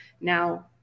now